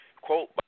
quote